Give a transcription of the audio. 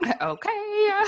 Okay